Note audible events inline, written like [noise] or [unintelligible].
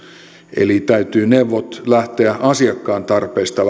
eli neuvojen täytyy lähteä asiakkaan tarpeista [unintelligible]